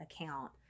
account